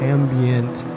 Ambient